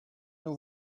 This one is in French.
nous